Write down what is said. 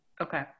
Okay